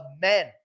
men